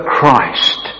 Christ